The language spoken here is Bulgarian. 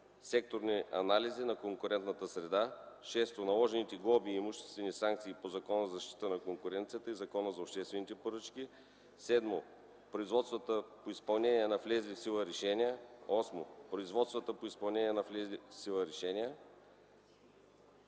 секторни анализи на конкурентната среда; 6. наложените глоби и имуществени санкции по Закона за защита на конкуренцията и Закона за обществените поръчки; 7. производствата по изпълнение на влезли в сила решения; 8. производствата по изпълнение на влезли в сила решения;